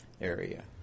area